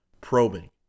probing